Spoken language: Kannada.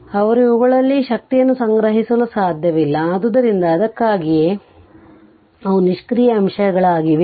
ಅವರು ಅವುಗಳಲ್ಲಿ ಶಕ್ತಿಯನ್ನು ಸಂಗ್ರಹಿಸಲು ಸಾದ್ಯವಿಲ್ಲ ಆದ್ದರಿಂದ ಅದಕ್ಕಾಗಿಯೇ ಅವು ನಿಷ್ಕ್ರಿಯ ಅಂಶಗಳಾಗಿವೆ passive element